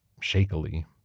shakily